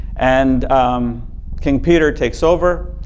and king peter takes over,